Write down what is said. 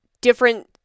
different